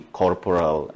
corporal